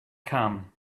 come